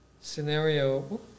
scenario